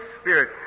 Spirit